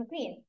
McQueen